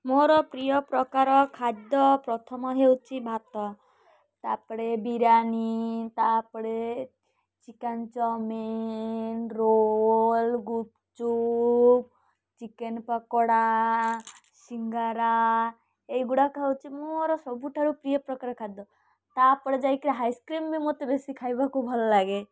ମୋର ପ୍ରିୟ ପ୍ରକାର ଖାଦ୍ୟ ପ୍ରଥମ ହେଉଛି ଭାତ ତା'ପରେ ବିରିୟାନୀ ତା'ପରେ chicken chowmein roll gupchup chicken pakoda singara ଏହିଗୁଡ଼ାକ ହେଉଛି ମୋର ସବୁଠାରୁ ପ୍ରିୟ ପ୍ରକାର ଖାଦ୍ୟ ତା'ପରେ ଯାଇକି ଆଇସ୍ କ୍ରିମ୍ ବି ମୋତେ ବେଶି ଖାଇବାକୁ ଭଲ ଲାଗେ